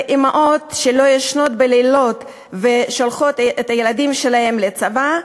אימהות שלא ישנות בלילות ושולחות את הילדים שלהן לצבא,